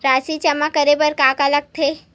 राशि जमा करे बर का का लगथे?